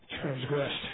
transgressed